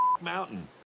mountain